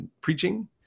preaching